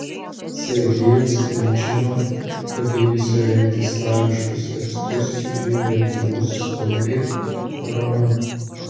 sergejaus temčino padėjusio rengti slaviškus tekstus ir jų vertimus spaudai parama